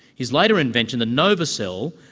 his later invention, the nova cell,